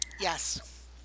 Yes